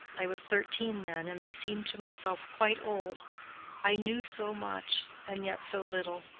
i was thirteen then, and i seemed to myself quite old i knew so much, and yet so little.